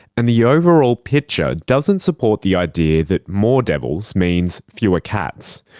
and the overall picture doesn't support the idea that more devils means fewer cats.